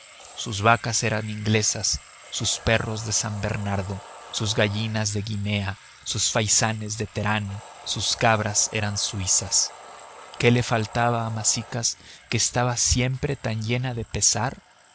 sus vacas eran inglesas sus perros de san bernardo sus gallinas de guinea sus faisanes de terán sus cabras eran suizas qué le faltaba a masicas que estaba siempre tan llena de pesar